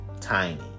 tiny